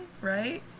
right